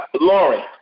Lauren